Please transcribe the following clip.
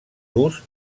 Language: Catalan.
durs